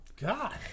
God